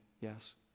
yes